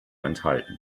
enthalten